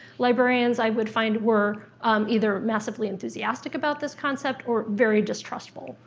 librarians, i would find, were either massively enthusiastic about this concept or very distrustful.